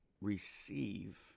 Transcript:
receive